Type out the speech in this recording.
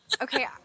okay